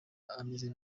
ameze